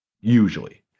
usually